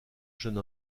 jeune